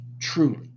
truly